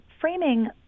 framing